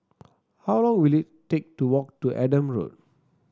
how long will it take to walk to Adam Road